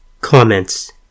Comments